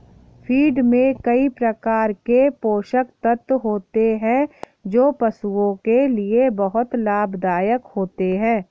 feed में कई प्रकार के पोषक तत्व होते हैं जो पशुओं के लिए बहुत लाभदायक होते हैं